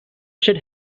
shed